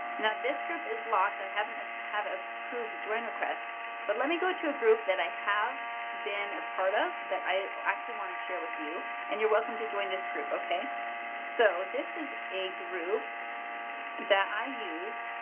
you know this group is locked, i haven't have have ah approved join request but let me go to a group that i have been a part of that i actually want to share with you and you're welcome to join this group okay so this is a group that i use.